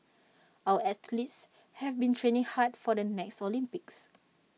our athletes have been training hard for the next Olympics